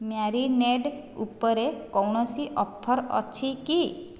marinade ଉପରେ କୌଣସି offer ଅଛି କି